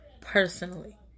Personally